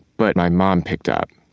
but my mom picked up.